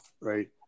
right